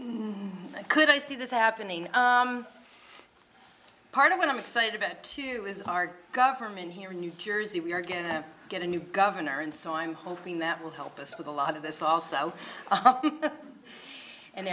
could i see this happening part of what i'm excited about too is our government here in new jersey we're going to get a new governor and so i'm hoping that will help us with a lot of this also and